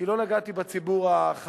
כי לא נגעתי בציבור החרדי,